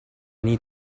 need